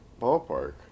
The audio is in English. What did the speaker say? ballpark